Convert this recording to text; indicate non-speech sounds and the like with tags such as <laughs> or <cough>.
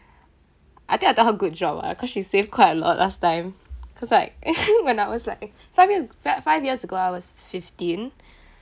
I think I tell her good job ah cause she save quite a lot last time cause like <laughs> when I was like five year fi~ five years ago I was fifteen